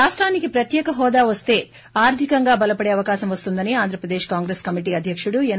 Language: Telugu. రాష్టానికి ప్రత్యేక హోదా వస్తే ఆర్దికంగా బలపడే అవకాశం వస్తుందని ఆంధ్రప్రదేశ్ కాంగ్రెస్ కమిటీ అధ్యకుడు ఎన్